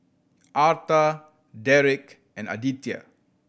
Arta Deric and Aditya